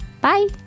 Bye